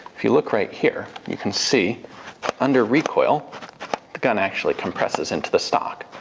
if you look right here, you can see under recoil the gun actually compresses into the stock.